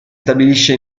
stabilisce